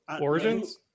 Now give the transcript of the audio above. Origins